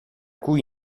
cui